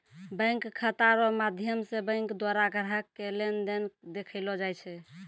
bank खाता रो माध्यम से बैंक द्वारा ग्राहक के लेन देन देखैलो जाय छै